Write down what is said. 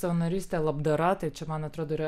savanorystė labdara tai čia man atrodo yra